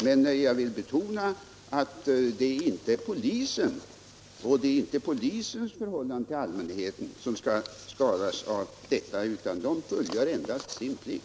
Men jag vill betona att polisens förhållande till allmänheten inte bör kunna skadas i detta sammanhang, utan polisen följer endast sin plikt.